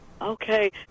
Okay